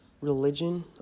religion